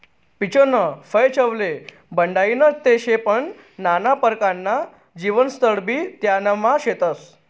पीचनं फय चवले बढाईनं ते शे पन नाना परकारना जीवनसत्वबी त्यानामा शेतस